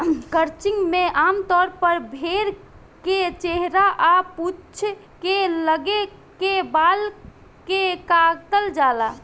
crutching में आमतौर पर भेड़ के चेहरा आ पूंछ के लगे के बाल के काटल जाला